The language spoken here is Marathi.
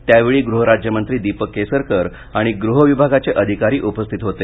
त्यावेळी गृहराज्यमंत्री दीपक केसरकर आणि गृह विभागाचे अधिकारी उपस्थित होते